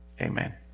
Amen